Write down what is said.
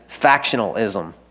factionalism